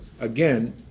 again